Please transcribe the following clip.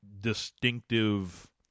distinctive